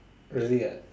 really ah